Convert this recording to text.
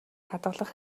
хадгалах